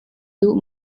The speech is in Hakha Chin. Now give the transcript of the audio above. duh